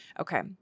Okay